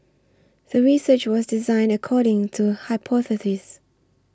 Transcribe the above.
the research was designed according to hypothesis